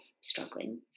struggling